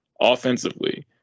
offensively